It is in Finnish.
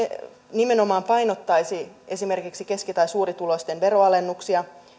nimenomaan painottaisi esimerkiksi keski tai suurituloisten veronalennuksia